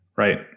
Right